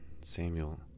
Samuel